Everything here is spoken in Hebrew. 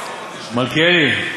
מלכיאלי,